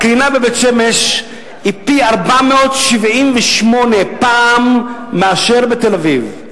הקרינה בבית-שמש היא פי-478 מאשר בתל-אביב.